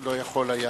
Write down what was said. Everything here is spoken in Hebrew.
לא יכול היה